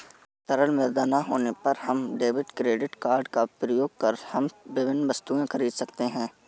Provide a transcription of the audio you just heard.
तरल मुद्रा ना होने पर हम डेबिट क्रेडिट कार्ड का प्रयोग कर हम विभिन्न वस्तुएँ खरीद सकते हैं